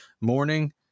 morning